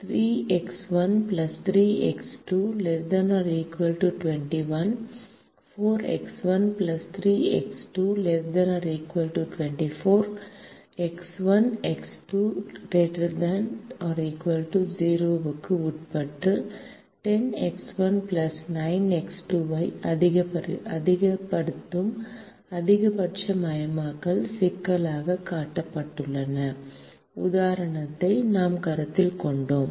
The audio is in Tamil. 3X1 3X2 ≤ 21 4X1 3X2 ≤ 24 X1 X2 ≥ 0 க்கு உட்பட்டு 10X1 9X2 ஐ அதிகப்படுத்தும் அதிகபட்ச மயமாக்கல் சிக்கலாகக் காட்டப்பட்டுள்ள உதாரணத்தை நாம் கருத்தில் கொண்டோம்